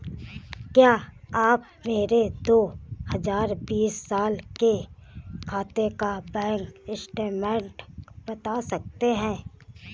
क्या आप मेरे दो हजार बीस साल के खाते का बैंक स्टेटमेंट बता सकते हैं?